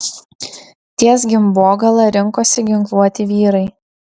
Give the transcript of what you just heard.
ties gimbogala rinkosi ginkluoti vyrai